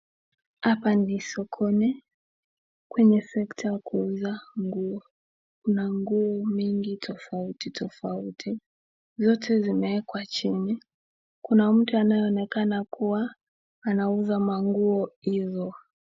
Hapa ni sokoni kwenye sekta ya kuuza nguo kuna nguo mingi tofauti tofauti. Viote vimewekwa chini. Kuna mtu anayeonekana kuwa anauza manguo hizo.